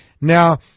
Now